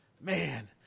Man